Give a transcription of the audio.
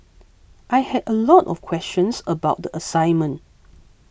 I had a lot of questions about the assignment